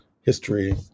history